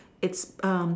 it's um